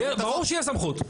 ברור שיש סמכות.